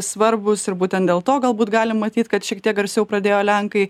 svarbūs ir būtent dėl to galbūt galim matyt kad šiek tiek garsiau pradėjo lenkai